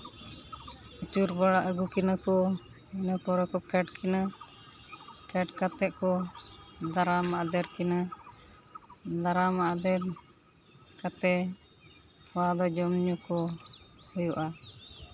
ᱟᱹᱪᱩᱨ ᱵᱟᱲᱟ ᱟᱹᱜᱩ ᱠᱤᱱᱟᱹ ᱠᱚ ᱤᱱᱟᱹ ᱯᱚᱨᱮ ᱠᱚ ᱯᱷᱮᱴ ᱠᱤᱱᱟᱹ ᱯᱷᱮᱴ ᱠᱟᱛᱮ ᱠᱚ ᱫᱟᱨᱟᱢ ᱟᱫᱮᱨ ᱠᱤᱱᱟᱹ ᱫᱟᱨᱟᱢ ᱟᱫᱮᱨ ᱠᱟᱛᱮ ᱛᱷᱚᱲᱟ ᱫᱚ ᱡᱚᱢ ᱧᱩ ᱠᱚ ᱦᱩᱭᱩᱜᱼᱟ